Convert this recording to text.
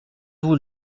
vous